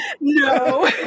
No